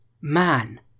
man